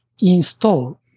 install